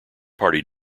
party